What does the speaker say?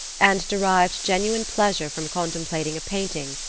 and derived genuine pleasure from contemplating a painting,